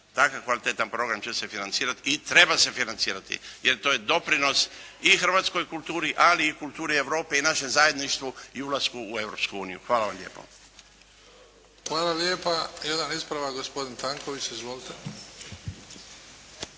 takav kvalitetan program će se financirati i treba se financirati jer to je doprinos i hrvatskoj kulturi, ali i kulturi Europe i našem zajedništvu i ulasku u Europsku uniju. Hvala vam lijepo. **Bebić, Luka (HDZ)** Hvala lijepa. Jedan ispravak, gospodin Tanković. Izvolite.